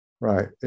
right